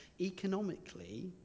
Economically